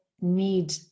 need